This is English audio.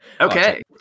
Okay